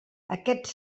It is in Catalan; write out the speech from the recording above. aquests